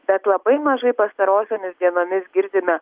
bet labai mažai pastarosiomis dienomis girdime